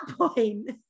point